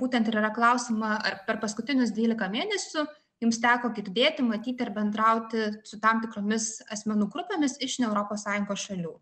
būtent ir yra klausiama ar per paskutinius dvylika mėnesių jums teko girdėti matyti ar bendrauti su tam tikromis asmenų grupėmis iš ne europos sąjungos šalių